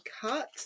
cut